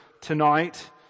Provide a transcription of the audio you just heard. tonight